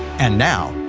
and now,